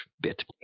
bit